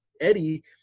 Eddie